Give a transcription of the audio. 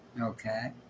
Okay